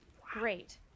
Great